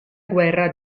guerra